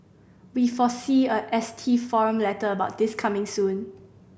we foresee a S T forum letter about this coming soon